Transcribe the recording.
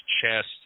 chest